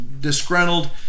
disgruntled